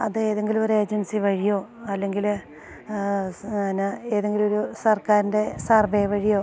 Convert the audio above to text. അതേതെങ്കിലൊരേജൻസി വഴിയോ അല്ലെങ്കിൽ എന്നാ ഏതെങ്കിലൊരു സർക്കാരിൻ്റെ സർവെ വഴിയോ